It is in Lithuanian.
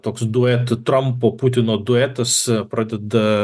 toks duet trampo putino duetas pradeda